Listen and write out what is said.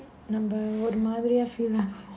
நம்ப ஒரு மாதிரியா:namba oru maathiriyaa feel ஆகும்:aagum